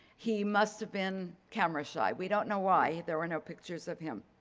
he must have been camera shy. we don't know why there were no pictures of him.